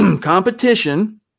Competition